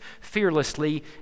fearlessly